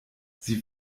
sie